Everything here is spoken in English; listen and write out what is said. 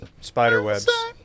Spiderwebs